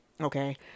Okay